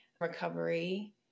recovery